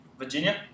Virginia